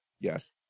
Yes